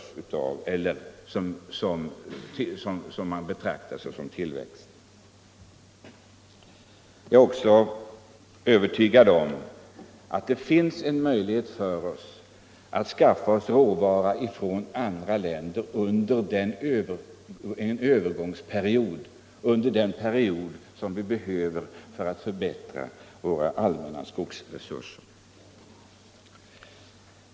Det gäller också det som betraktas som tillväxt. Jag är även övertygad om att det finns en möjlighet för oss att skaffa råvara från andra länder under den övergångsperiod vi behöver för att förbättra våra allmänna skogsresurser.